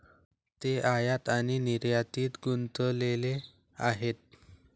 ते आयात आणि निर्यातीत गुंतलेले आहेत